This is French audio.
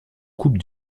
coupe